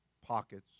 pockets